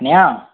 అన్నయ్య